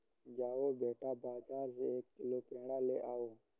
जाओ बेटा, बाजार से एक किलो पेड़ा ले आओ